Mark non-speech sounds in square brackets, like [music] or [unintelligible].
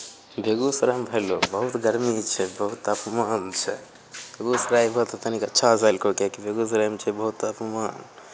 बेगूसरायमे भाय लोग बहुत गरमी छै बहुत तापमान छै बेगूसरायमे तऽ तनिक अच्छा [unintelligible] किएकि बेगूसरायमे छै बहुत तापमान